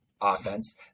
offense